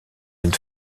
une